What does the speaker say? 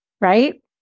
Right